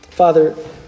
Father